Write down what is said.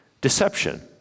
Deception